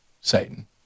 Satan